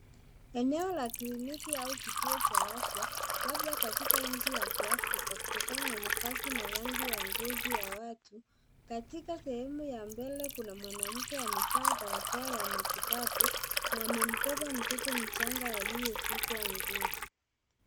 Eneo la kliniki au kituo cha afya , labda katika nchi ya kiafrika kutokana na mavazi na rangi ya ngozi ya watu. Katika sehemu ya mbele kuna mwanamke amevaa barakoa ya matibabu, na amembeba mtoto mchanga aliyefikwa nguo.